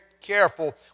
careful